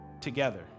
together